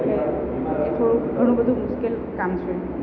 છે એ થોડુંક ઘણું બધું મુશ્કેલ કામ છે